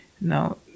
Now